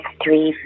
three